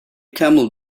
camel